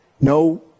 No